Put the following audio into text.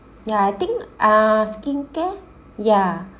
ya I think uh skincare ya